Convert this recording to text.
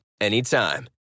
anytime